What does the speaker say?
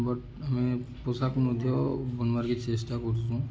but ଆମେ ପୋଷାକ ମଧ୍ୟ ବନବାରିକି ଚେଷ୍ଟା କରୁଛୁଁ